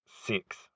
six